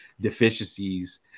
deficiencies